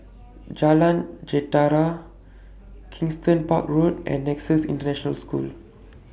Jalan Jentera Kensington Park Road and Nexus International School